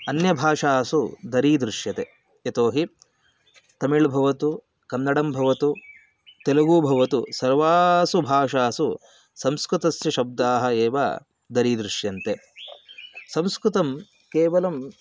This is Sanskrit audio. अन्यभाषासु दरीदृश्यते यतो हि तमिळ् भवतु कन्नडं भवतु तेलुगू भवतु सर्वासु भाषासु संस्कृतस्य शब्दाः एव दरीदृश्यन्ते संस्कृतं केवलम्